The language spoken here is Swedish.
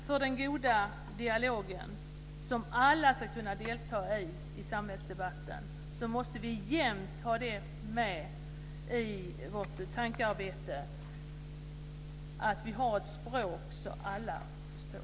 För att alla ska kunna delta i den goda dialogen i samhällsdebatten måste vi jämt ha med i vårt tankearbete att vi ska använda ett språk som alla förstår.